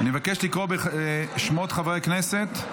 אני מבקש לקרוא בשמות חברי הכנסת.